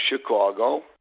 Chicago